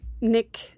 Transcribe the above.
Nick